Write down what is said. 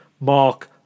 Mark